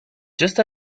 just